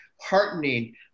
heartening